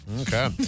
Okay